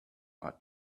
are